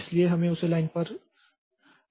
इसलिए हमें उस लाइन पर सावधान रहना होगा